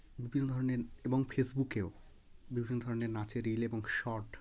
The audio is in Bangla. বিভিন্ন ধরনের এবং ফেসবুকেও বিভিন্ন ধরনের নাচের রিল এবং শর্ট